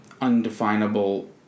undefinable